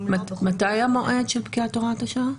מתי המועד של פקיעת הוראת השעה?